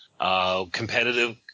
Competitive